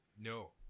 No